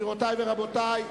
גבירותי ורבותי,